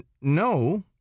No